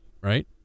right